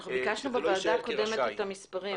אנחנו ביקשנו בוועדה הקודמת את המספרים.